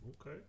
okay